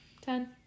Ten